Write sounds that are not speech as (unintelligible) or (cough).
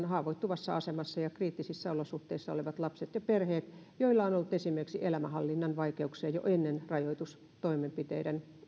(unintelligible) haavoittuvassa asemassa ja kriittisissä olosuhteissa olevat lapset ja perheet joilla on on ollut esimerkiksi elämänhallinnan vaikeuksia jo ennen rajoitustoimenpiteiden